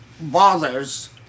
bothers